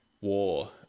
war